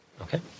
Okay